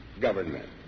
government